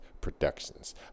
Productions